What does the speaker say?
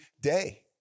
day